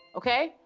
okay?